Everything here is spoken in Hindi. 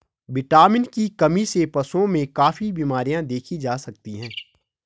विटामिन की कमी से पशुओं में काफी बिमरियाँ देखी जा सकती हैं